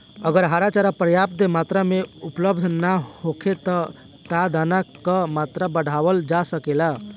अगर हरा चारा पर्याप्त मात्रा में उपलब्ध ना होखे त का दाना क मात्रा बढ़ावल जा सकेला?